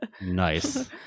Nice